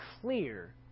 clear